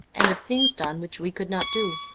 and of things done which we could not do.